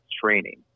training